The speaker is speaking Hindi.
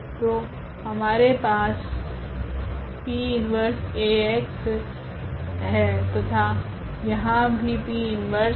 तो हमारे पास P 1Ax है तथा यहाँ भी P 1 है